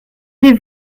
les